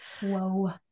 Whoa